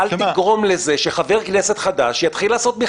כשברור דבר אחד.